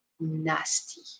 nasty